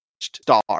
star